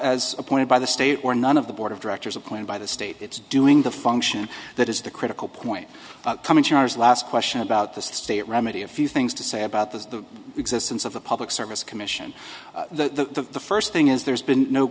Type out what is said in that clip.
ppointed by the state or none of the board of directors appointed by the state it's doing the function that is the critical point last question about the state remedy a few things to say about the existence of the public service commission the first thing is there's been no